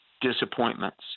disappointments